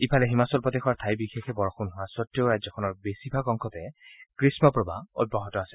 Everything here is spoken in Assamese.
ইফালে হিমাচল প্ৰদেশৰ ঠাই বিশেষে বৰষুণ হোৱা স্বতেও ৰাজ্যখনৰ বেছিভাগ অংশতে গ্ৰীমপ্ৰবাহ অব্যাহত আছে